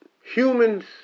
humans